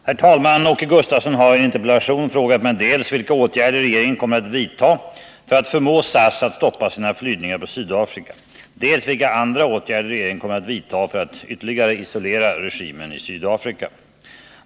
Herr talman! Åke Gustavsson har i en interpellation frågat mig dels vilka åtgärder regeringen kommer att vidta för att förmå SAS att stoppa sina flygningar på Sydafrika, dels vilka andra åtgärder regeringen kommer att vidta för att ytterligare isolera regimen i Sydafrika.